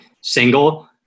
single